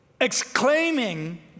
exclaiming